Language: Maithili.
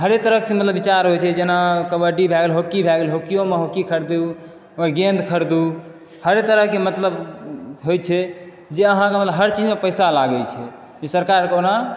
हरेक तरह से मतलब विचार होइ छै जेना कबड्डी भए गेल हॉकी भए गेल हॉकियो मे हॉकी खरीदू दू गेंद खरीदू हर तरह के मतलब होइ छै जे अहाँ लग मे हर चीज मे पैसा लागै छै ई सरकार के ओना